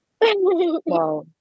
Wow